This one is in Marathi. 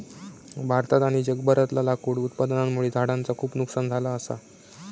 भारतात आणि जगभरातला लाकूड उत्पादनामुळे झाडांचा खूप नुकसान झाला असा